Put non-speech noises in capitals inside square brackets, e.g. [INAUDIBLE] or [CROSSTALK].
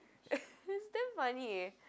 [LAUGHS] it's damn funny